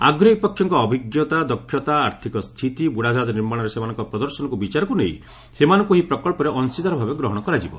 ଆଗ୍ରହୀ ପକ୍ଷଙ୍କ ଅଭିଜ୍ଞତା ଦକ୍ଷତା ଆର୍ଥକ ସ୍ଥିତି ବୁଡ଼ାଜାହାଜ ନିର୍ମାଣରେ ସେମାନଙ୍କର ପ୍ରଦର୍ଶନକୁ ବିଚାରକୁ ନେଇ ସେମାନଙ୍କୁ ଏହି ପ୍ରକଳ୍ପରେ ଅଂଶୀଦାର ଭାବେ ଗ୍ରହଣ କରାଯିବ